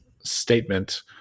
statement